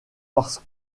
parce